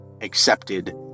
accepted